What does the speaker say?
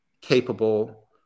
capable